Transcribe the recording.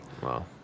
Wow